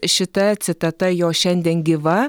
šita citata jo šiandien gyva